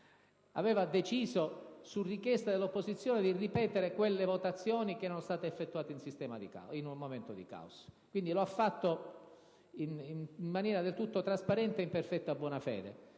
aveva deciso, su richiesta dell'opposizione, di ripetere quelle votazioni che erano state effettuate in una fase di caos. Quindi, la Presidenza ha agito in maniera del tutto trasparente e in perfetta buona fede.